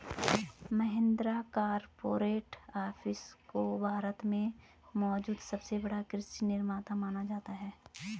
Mahindra corporate office को भारत में मौजूद सबसे बड़ा कृषि निर्माता माना जाता है